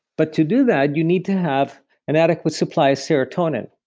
but to do that, you need to have an adequate supply serotonin.